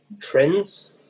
trends